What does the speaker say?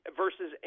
versus